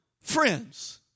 friends